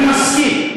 אני מסכים.